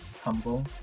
humble